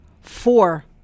four